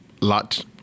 lot